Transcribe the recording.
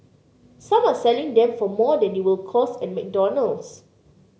some are selling them for more than they will cost at McDonald's